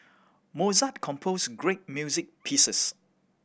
Mozart composed great music pieces